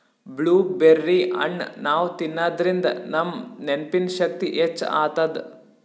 blueberry ಹಣ್ಣ್ ನಾವ್ ತಿನ್ನಾದ್ರಿನ್ದ ನಮ್ ನೆನ್ಪಿನ್ ಶಕ್ತಿ ಹೆಚ್ಚ್ ಆತದ್